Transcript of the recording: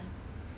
my brother just